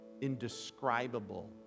indescribable